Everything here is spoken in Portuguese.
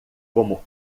como